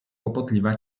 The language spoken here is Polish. kłopotliwa